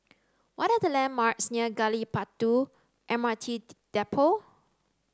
what are the landmarks near Gali Batu M R T Depot